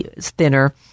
thinner